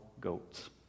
goats